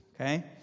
Okay